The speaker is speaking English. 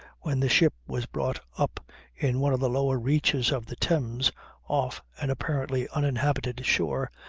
when the ship was brought up in one of the lower reaches of the thames off an apparently uninhabited shore,